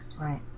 Right